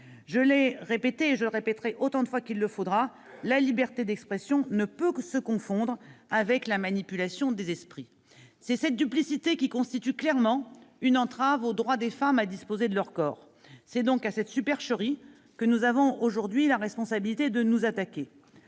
Je l'ai dit et je le répéterai autant de fois qu'il le faudra : la liberté d'expression ne peut se confondre avec la manipulation des esprits. C'est cette duplicité qui constitue clairement une entrave au droit des femmes à disposer de leur corps. C'est donc à cette supercherie que nous avons aujourd'hui la responsabilité de nous attaquer.